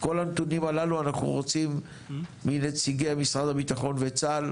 את כל הנתונים הללו אנחנו רוצים מנציגי משרד הביטחון וצה"ל,